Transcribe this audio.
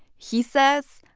he says,